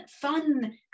fun